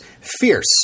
Fierce